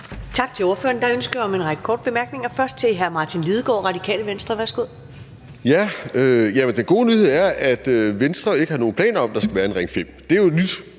Tak til ordføreren. Der er ønsker om en række korte bemærkninger. Det er først hr. Martin Lidegaard, Radikale Venstre. Værsgo. Kl. 13:12 Martin Lidegaard (RV): Den gode nyhed er, at Venstre ikke har nogen planer om, at der skal være en Ring 5. Det er jo en